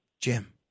Jim